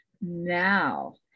now